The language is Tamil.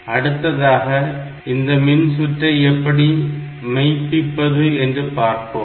அடுத்ததாக இந்த மின் சுற்றை எப்படி மெய்ப்பிப்பது என்று பார்ப்போம்